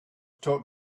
talk